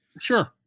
sure